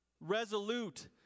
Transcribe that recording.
Resolute